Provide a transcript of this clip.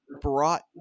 brought